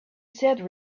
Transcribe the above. said